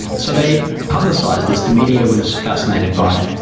so they publicised this. the media was fascinated by it,